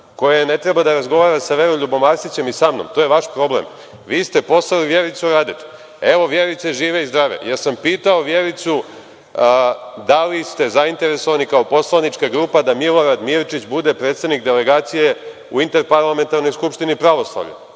koje ne treba da razgovara sa Veroljubom Arsićem i sa mnom, to je vaš problem. Vi ste poslali Vjericu Radetu. Evo Vjerice žive i zdrave. Jesam li pitao Vjericu da li ste zainteresovani, kao poslanička grupa, da Milorad Mirčić bude predsednik delegacije u Interparlamentarnoj skupštini pravoslavlja?